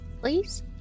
please